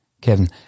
Kevin